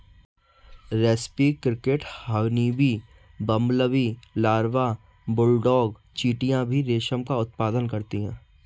रेस्पी cricket, honeybee, bumblebee larva, bulldog चींटियां भी रेशम का उत्पादन करती हैं